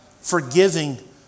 Forgiving